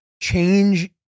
change